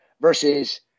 versus